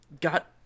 got